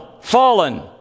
fallen